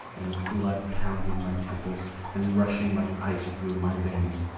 and with blood pounding my temples and rushing like ice through my veins,